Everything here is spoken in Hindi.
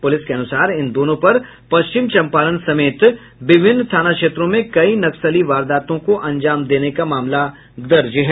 पुलिस के अनुसार इन दोनों पर पश्चिम चम्पारण समेत विभिन्न थाना क्षेत्रों में कई नक्सली वारदातों को अंजाम देने का मामला दर्ज है